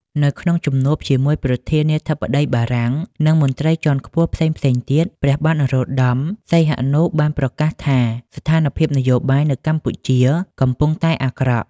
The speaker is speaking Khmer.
នៅក្នុងជំនួបជាមួយប្រធានាធិបតីបារាំង និងមន្ត្រីជាន់ខ្ពស់ផ្សេងៗទៀត ព្រះបាទនរោត្តម សីហនុបានប្រកាសថាស្ថានភាពនយោបាយនៅកម្ពុជាកំពុងតែអាក្រក់។